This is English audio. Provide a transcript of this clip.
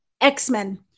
X-Men